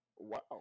Wow